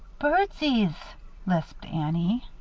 birdses, lisped annie.